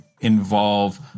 involve